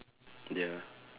ya